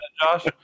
Josh